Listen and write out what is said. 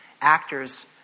Actors